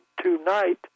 Tonight